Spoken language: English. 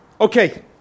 Okay